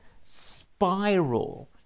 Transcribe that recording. spiral